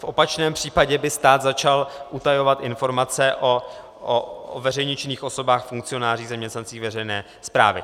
V opačném případě by stát začal utajovat informace o veřejně činných osobách, funkcionářích, zaměstnancích veřejné správy.